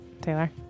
Taylor